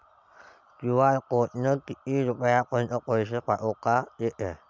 QR कोडनं किती रुपयापर्यंत पैसे पाठोता येते?